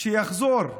שיחזור ללימודים,